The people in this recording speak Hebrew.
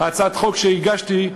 הצעת החוק שהגשתי,